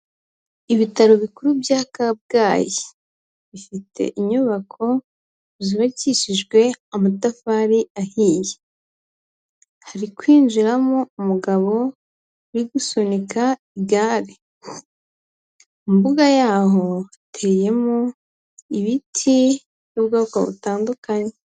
Ibitaro bikuru bya Kabgayi bifite inyubako zubakishijwe amatafari ahiye, hari kwinjiramo umugabo uri gusunika igare, mu mbuga yaho hateyemo ibiti by'ubwoko butandukanye.